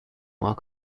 mark